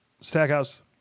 Stackhouse